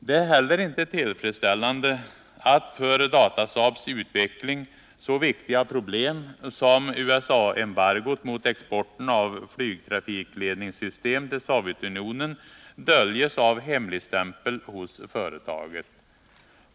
Det är heller inte tillfredsställande att för Datasaabs utveckling så viktiga problem som USA-embargot mot exporten av flygtrafikledningssystem till Sovjetunionen döljes av hemligstämpel hos företaget.